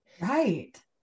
Right